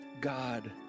God